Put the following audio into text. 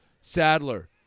Sadler